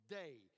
day